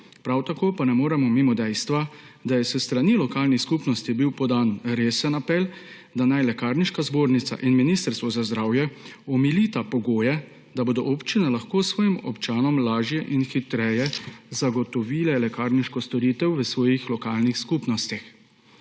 Prav tako pa ne moremo mimo dejstva, da je s strani lokalnih skupnosti bil podan resen apel, da naj Lekarniška zbornica in Ministrstvo za zdravje omilita pogoje, da bodo občine lahko svojim občanom lažje in hitreje zagotovile lekarniško storitev v svojih lokalnih skupnostih.